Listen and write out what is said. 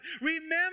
Remember